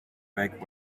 back